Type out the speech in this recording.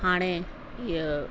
हाणे इहा